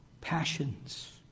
passions